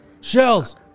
Shells